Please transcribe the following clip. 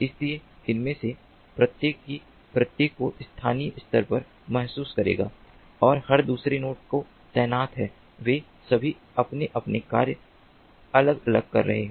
लेकिन उनमें से प्रत्येक को स्थानीय स्तर पर महसूस करेगा और हर दूसरे नोड जो तैनात हैं वे सभी अपने अपने कार्य अलग अलग कर रहे हैं